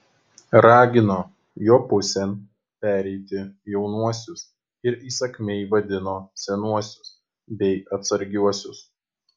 ragino jo pusėn pereiti jaunuosius ir įsakmiai vadino senuosius bei atsargiuosius